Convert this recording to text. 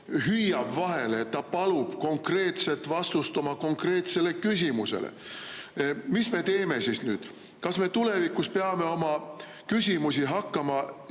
hüüdis vahele, et ta palub konkreetset vastust oma konkreetsele küsimusele –, siis mis me teeme? Kas me tulevikus peame oma küsimusi hakkama